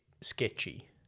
sketchy